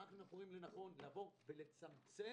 מה רואים לנכון לבוא ולצמצם